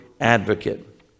advocate